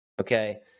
okay